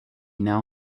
now